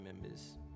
members